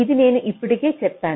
ఇది నేను ఇప్పటికే చెప్పాను